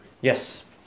Yes